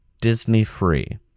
Disney-free